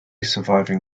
surviving